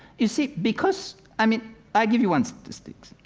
you see, because, i mean i give you one statistic.